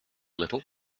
little